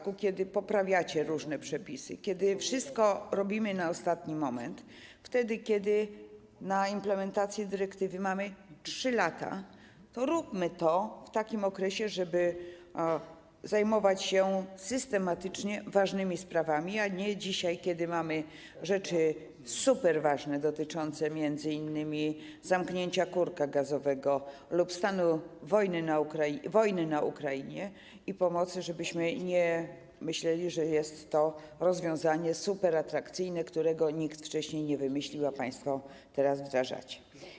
Kiedy poprawiacie różne przepisy, kiedy wszystko robimy na ostatni moment, kiedy na implementację dyrektywy mamy 3 lata, to róbmy to w takim okresie, żeby zajmować się systematycznie ważnymi sprawami, a nie dzisiaj, kiedy mamy rzeczy superważne, m.in. dotyczące zamknięcia kurka gazowego czy stanu wojny na Ukrainie i pomocy, żebyśmy nie myśleli, że jest to rozwiązanie superatrakcyjne, którego nikt wcześniej nie wymyślił, a państwo teraz wdrażacie.